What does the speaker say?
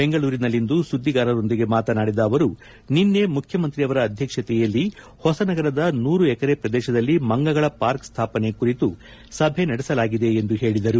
ಬೆಂಗಳೂರಿನಲ್ಲಿಂದು ಸುದ್ದಿಗಾರರೊಂದಿಗೆ ಮಾತನಾಡಿದ ಅವರು ನಿನ್ನೆ ಮುಖ್ಯಮಂತ್ರಿ ಅವರ ಅಧ್ಯಕ್ಷಕೆಯಲ್ಲಿ ಹೊಸನಗರದ ನೂರು ಎಕರೆ ಪ್ರದೇಶದಲ್ಲಿ ಮಂಗಗಳ ಪಾರ್ಕ್ ಸ್ವಾಪನೆ ಕುರಿತು ಸಭೆ ನಡೆಸಲಾಗಿದೆ ಎಂದು ಹೇಳಿದರು